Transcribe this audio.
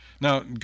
Now